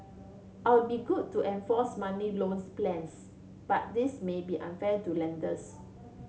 I'll be good to enforce monthly loans plans but this may be unfair to lenders